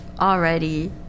already